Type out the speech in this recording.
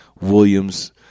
Williams